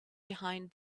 behind